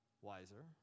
Wiser